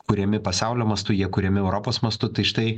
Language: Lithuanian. kuriami pasaulio mastu jie kuriami europos mastu tai štai